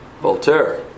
Voltaire